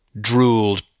Drooled